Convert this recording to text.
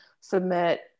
submit